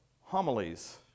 homilies